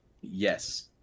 yes